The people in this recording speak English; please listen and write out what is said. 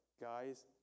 guys